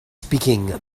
speaking